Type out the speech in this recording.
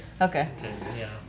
Okay